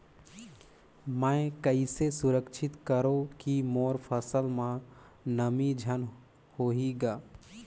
मैं कइसे सुरक्षित करो की मोर फसल म नमी झन होही ग?